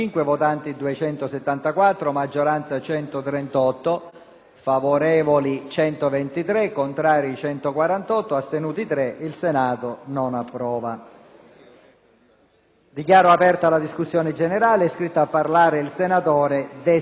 Favorevoli | 123 || Contrari | 148 || Astenuti | 3 | **Il Senato non approva.** Dichiaro aperta la discussione generale. È iscritto a parlare il senatore De Sena. Ne ha facoltà.